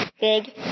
Big